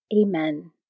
Amen